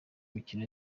imikino